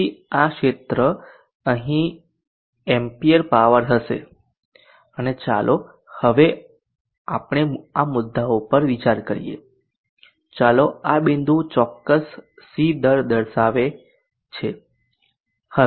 તેથી આ ક્ષેત્ર અહીં એમ્પ પાવર હશે અને ચાલો હવે આપણે આ મુદ્દાઓ પર વિચાર કરીએ ચાલો આ બિંદુ ચોક્કસ C દર સૂચવે છે